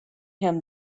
him